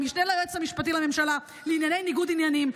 המשנה ליועץ המשפטי לממשלה לענייני ניגוד עניינים,